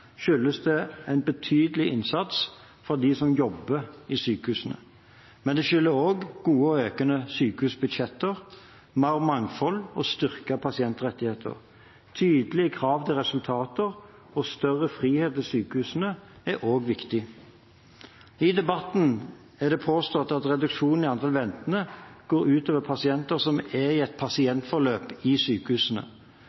skyldes det en betydelig innsats fra dem som jobber i sykehusene. Men det skyldes også gode og økende sykehusbudsjetter, mer mangfold og styrkede pasientrettigheter. Tydeligere krav til resultater og større frihet til sykehusene er også viktig. I debatten er det påstått at reduksjonen i antall ventende går ut over pasientene som er i et